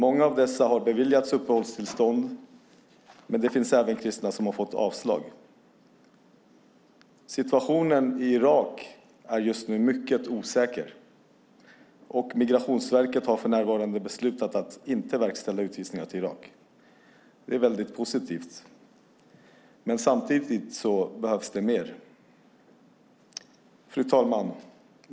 Många av dessa har beviljats uppehållstillstånd, men det finns även kristna som har fått avslag. Situationen i Irak är just nu mycket osäker, och Migrationsverket har för närvarande beslutat att inte verkställa utvisningar till Irak. Det är väldigt positivt, men samtidigt behövs mer. Fru talman!